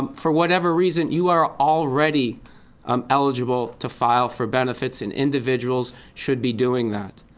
um for whatever reason, you are already um eligible to file for benefits, and individuals should be doing that.